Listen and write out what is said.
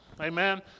Amen